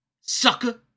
sucker